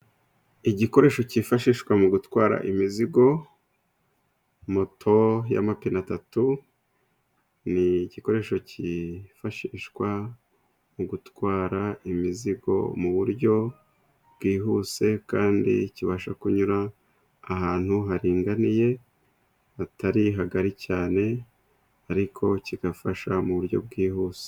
Igikoresho cyifashishwa mu gutwara imizigo, moto y'amapine atatu, n'igikoresho cyifashishwa mu gutwara imizigo mu buryo bwihuse, kandi kibasha kunyura ahantu haringaniye, hatari hahagari cyane, ariko kigafasha mu buryo bwihuse.